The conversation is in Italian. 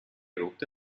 rotte